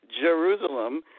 Jerusalem